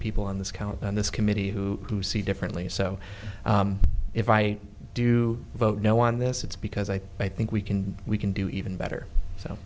people on this count on this committee who do see differently so if i do vote no on this it's because i i think we can we can do even better so